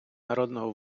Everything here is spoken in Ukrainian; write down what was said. народного